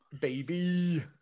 baby